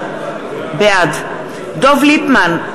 בעד אביגדור ליברמן, בעד דב ליפמן,